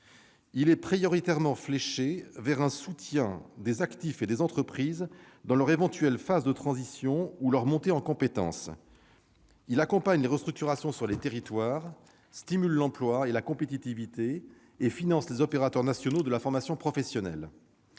Il est prioritairement fléché vers un soutien des actifs et des entreprises dans leurs éventuelles phases de transition ou leur montée en compétence. Il accompagne les restructurations sur les territoires, stimule l'emploi et la compétitivité et finance les opérateurs nationaux de la formation professionnelle.